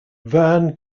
verne